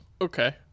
Okay